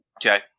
Okay